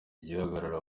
igihagararo